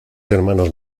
hermanos